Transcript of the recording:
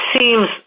seems